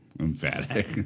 emphatic